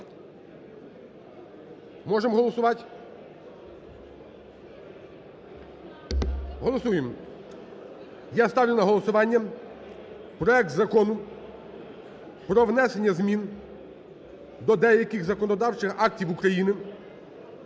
Можемо голосувати? Голосуємо. Я ставлю на голосування проект Закону про внесення змін до деяких законодавчих актів України